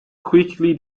quickly